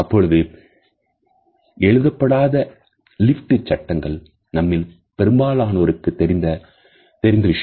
இப்பொழுது எழுதப்படாத லிப்ட் சட்டங்கள் நம்மில் பெரும்பாலானோருக்கு தெரிந்தது